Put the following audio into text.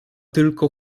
tylko